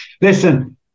Listen